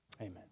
Amen